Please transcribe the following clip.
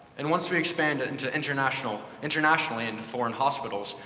and once we expand it into international international and foreign hospitals,